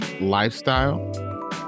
lifestyle